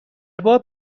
باب